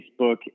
Facebook